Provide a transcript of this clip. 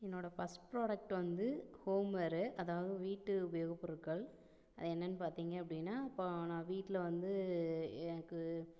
என்னோடய first product வந்து homeware அதாவது வீட்டு உபயோகப் பொருட்கள் அது என்னன்னு பார்த்தீங்க அப்படின்னா இப்போது நான் வீட்டில வந்து எனக்கு